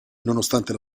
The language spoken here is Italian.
nonostante